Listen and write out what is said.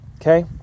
Okay